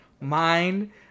mind